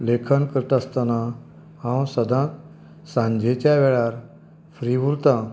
लेखन करतास्तना हांव सदांत सांजेच्या वेळार फ्री उरतां